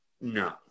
No